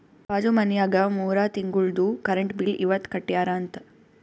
ಬಾಜು ಮನ್ಯಾಗ ಮೂರ ತಿಂಗುಳ್ದು ಕರೆಂಟ್ ಬಿಲ್ ಇವತ್ ಕಟ್ಯಾರ ಅಂತ್